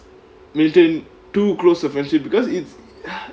maintain too close a friendship because it's